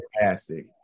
fantastic